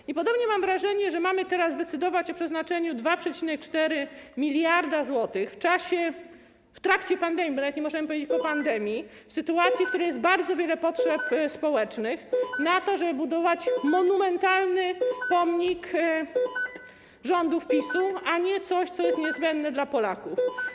I podobnie mam wrażenie, że mamy teraz decydować o przeznaczeniu 2,4 mld zł w trakcie pandemii, bo nawet nie możemy powiedzieć: po pandemii, w sytuacji, w której jest bardzo wiele potrzeb społecznych, na to, żeby budować monumentalny pomnik rządów PiS-u, a nie na coś, co jest niezbędne dla Polaków.